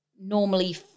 normally